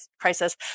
crisis